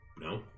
No